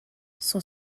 son